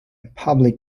public